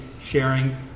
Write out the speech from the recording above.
sharing